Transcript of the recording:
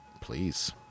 Please